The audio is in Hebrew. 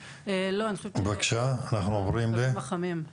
אנחנו עוברים לדוד קורן, מנכ"ל עמותת